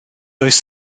oes